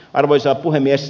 arvoisa puhemies